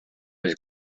was